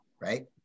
right